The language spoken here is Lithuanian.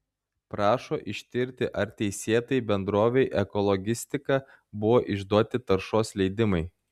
prašo ištirti ar teisėtai bendrovei ekologistika buvo išduoti taršos leidimai